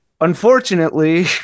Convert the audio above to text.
unfortunately